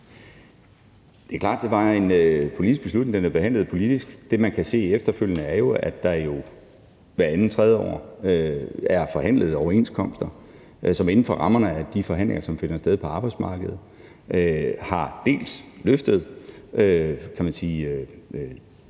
Det er klart, at det var en politisk beslutning. Den er blevet behandlet politisk. Det, man har set efterfølgende, er jo, at der hvert andet eller hvert tredje år er forhandlet overenskomster, som inden for rammerne af de forhandlinger, som finder sted på arbejdsmarkedet, har løftet de dele